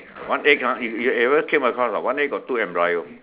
one egg ah if you ever came across ah one egg got two embryo